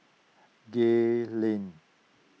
Gay Lane